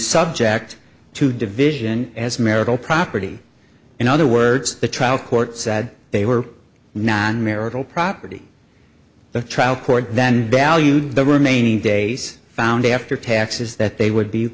subject to division as marital property in other words the trial court said they were not marital property the trial court then valued the remaining days found after taxes that they would be